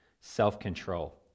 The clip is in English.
self-control